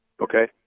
okay